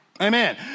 Amen